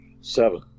Seven